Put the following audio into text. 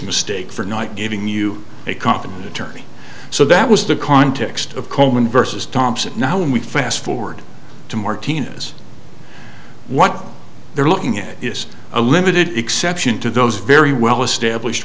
mistake for not giving you a competent attorney so that was the context of coleman versus thompson now and we fast forward to martina's what they're looking at is a limited exception to those very well established